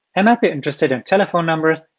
i might be interested in telephone numbers,